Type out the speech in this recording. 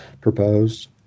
proposed